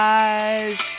eyes